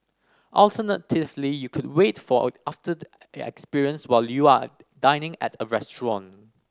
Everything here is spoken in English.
alternatively you could wait for a after the experience while you are dining at a restaurant